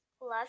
Love